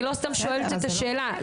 אני לא סתם שואלת את השאלה.